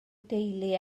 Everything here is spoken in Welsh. deulu